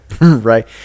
right